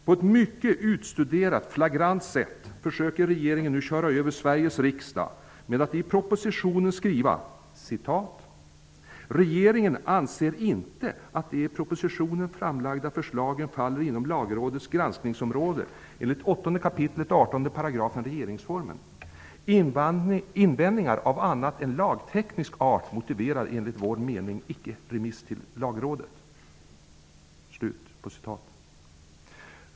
På ett mycket utstuderat flagrant sätt försöker regeringen nu köra över Sveriges riksdag genom att i propositionen skriva: ''Regeringen anser inte att de i propositionen framlagda lagförslagen faller inom Lagrådets granskningsområde enligt 8 kap. 18 § regeringsformen. Invändningar av annat än lagteknisk art motiverar enligt vår mening inte remiss till Lagrådet.''